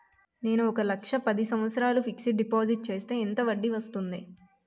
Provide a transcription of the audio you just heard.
నేను ఒక లక్ష పది సంవత్సారాలు ఫిక్సడ్ డిపాజిట్ చేస్తే ఎంత వడ్డీ వస్తుంది?